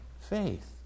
faith